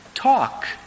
Talk